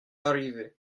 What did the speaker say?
arrivée